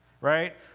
right